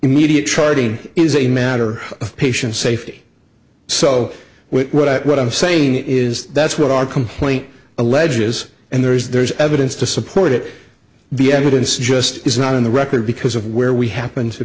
immediate charting is a matter of patient safety so what i'm saying is that's what our complaint alleges and there is there is evidence to support it the evidence just is not in the record because of where we happen to